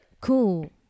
cool